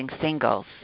singles